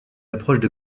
approches